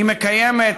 מקיימת